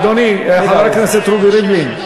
אדוני חבר הכנסת רובי ריבלין,